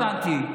לא הבנתי.